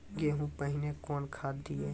गेहूँ पहने कौन खाद दिए?